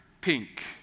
pink